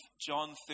John